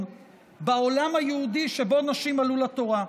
בעולם היהודי שבו נשים עלו לתורה,